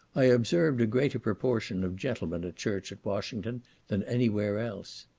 i observed a greater proportion of gentlemen at church at washington than any where else.